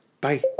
Bye